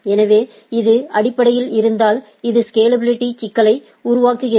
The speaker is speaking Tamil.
எனவே இது அடிப்படையில் இருந்தால் இது ஸ்கேலாபிலிட்டி சிக்கலை உருவாக்குகிறது